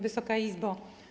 Wysoka Izbo!